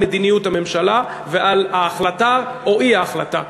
על מדיניות הממשלה ועל ההחלטה או האי-החלטה: